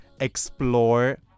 explore